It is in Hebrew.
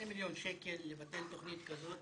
2 מיליון שקל למתן תוכנית כזאת